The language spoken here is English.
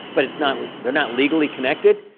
but it's not they're not legally connected,